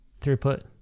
throughput